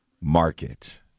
Market